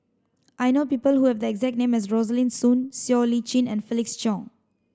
I know people who have the exact name as Rosaline Soon Siow Lee Chin and Felix Cheong